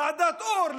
ועדת אור,